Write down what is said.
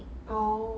oh